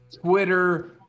Twitter